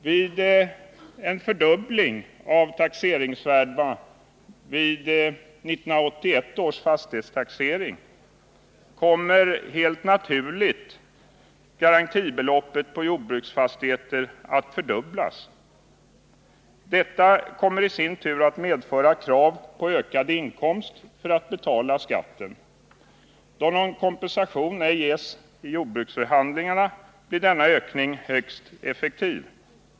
Vid en fördubbling av taxeringsvärdena vid 1981 års fastighetstaxering kommer helt naturligt garantibeloppet på jordbruksfastigheter att fördubblas. Detta kommer i sin tur att medföra krav på ökad inkomst för att skatten skall kunna betalas. Då någon kompensation ej ges i jordbruksförhandlingarna blir denna ökning högst markant.